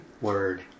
word